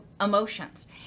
emotions